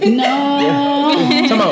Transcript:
no